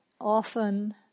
Often